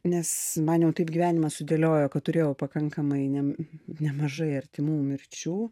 nes man jau taip gyvenimas sudėliojo kad turėjau pakankamai nem nemažai artimų mirčių